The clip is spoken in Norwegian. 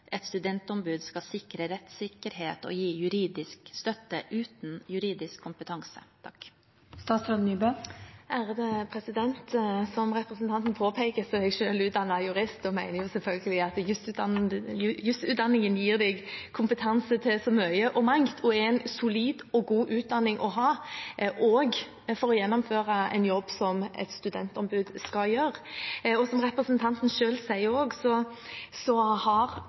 et studentombud skal sikre rettssikkerhet og gi juridisk støtte uten juridisk kompetanse? Som representanten påpeker, er jeg selv utdannet jurist, og mener selvfølgelig at jusutdanningen gir kompetanse til mangt og mye, og er en solid og god utdanning å ha også for å gjennomføre jobben som et studentombud skal gjøre. Som representanten selv sier, har